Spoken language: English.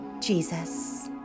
Jesus